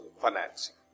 financing